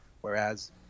whereas